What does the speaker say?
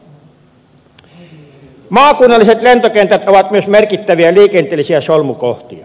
maakunnalliset lentokentät ovat myös merkittäviä liikenteellisiä solmukohtia